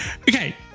Okay